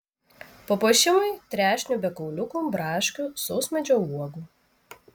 papuošimui trešnių be kauliukų braškių sausmedžio uogų